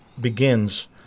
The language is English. begins